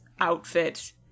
outfit